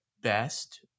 best